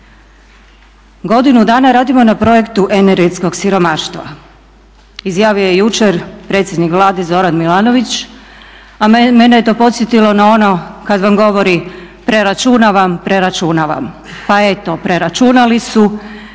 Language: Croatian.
Godinu dana radimo na projektu energetskog siromaštva, izjavio je jučer predsjednik Vlade Zoran Milanović a mene je to podsjetilo na ono kada vam govori preračunavam, preračunavam. Pa eto preračunali su